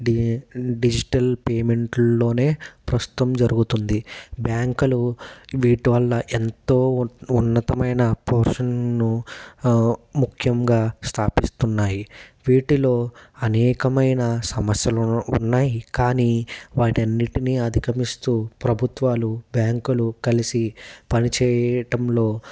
digital పేమెంట్లలోనే ప్రస్తుతం జరుగుతుంది బ్యాంకులు వీటివల్ల ఎంతో ఉన్నతమైన పోర్షన్ను ముఖ్యంగా స్థాపిస్తున్నాయి వీటిలో అనేకమైన సమస్యలు ఉన్నాయి కానీ వాటన్నిటినీ అధిగమిస్తూ ప్రభుత్వాలు బ్యాంకులు కలిసి పనిచేయటంలో